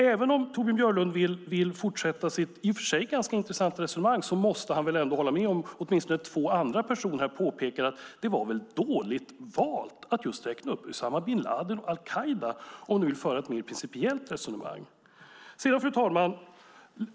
Även om Torbjörn Björlund vill fortsätta sitt i och för sig ganska intressanta resonemang måste han ändå hålla med om det som åtminstone två andra personer här påpekar: Det var väl dåligt valt att räkna upp just Usama bin Ladin och al-Qaida och nu föra ett mer principiellt resonemang. Fru talman!